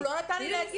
הוא לא נתן לי להגיב.